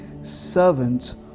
servants